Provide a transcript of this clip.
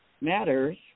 matters